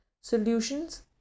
Solutions